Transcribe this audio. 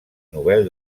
nobel